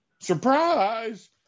Surprise